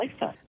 lifetime